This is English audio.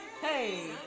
Hey